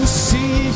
see